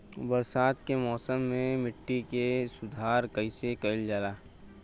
बरसात के मौसम में मिट्टी के सुधार कईसे कईल जाई?